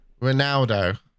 Ronaldo